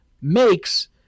makes